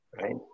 right